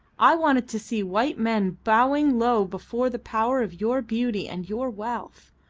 i wanted to see white men bowing low before the power of your beauty and your wealth.